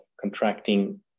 contracting